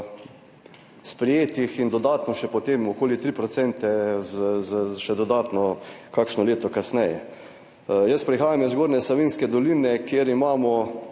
sprejetih in dodatno še potem okoli 3 % še dodatno kakšno leto kasneje. Jaz prihajam iz Zgornje Savinjske doline, kjer imamo